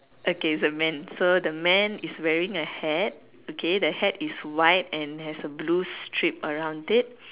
okay is a man so the man is wearing a hat okay the hat is white and has a blue strip around it